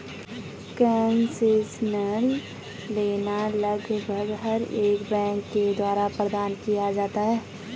concessional loan लगभग हर एक बैंक के द्वारा प्रदान किया जाता है